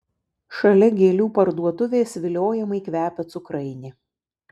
šalia gėlių parduotuvės viliojamai kvepia cukrainė